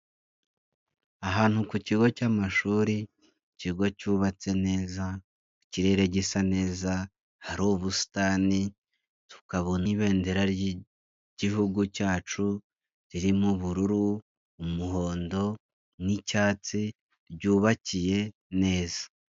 Ahantu ku kigo cy'amashuri, ikigo cyubatse neza, ikirere gisa neza, hari ubusitani, tukabona ibendera ry'Igihugu cyacu ririmo: ubururu ,umuhondo n'icyatsi ryubakiye neza.